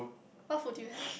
what food did you have